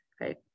right